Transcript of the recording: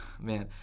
Man